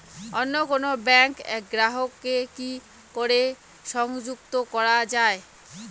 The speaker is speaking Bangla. অন্য কোনো ব্যাংক গ্রাহক কে কি করে সংযুক্ত করা য়ায়?